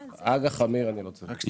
אג"ח עמיר אני לא צריך.